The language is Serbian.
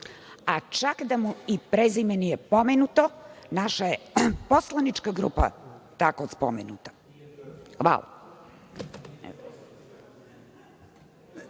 a čak da mu i prezime nije pomenuto, naša je poslanička grupa tako spomenuta. Hvala.